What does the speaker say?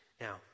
Now